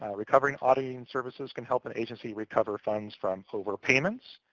recovery auditing services can help and agencies recover funds from overpayments,